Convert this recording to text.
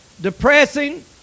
depressing